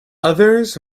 others